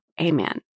Amen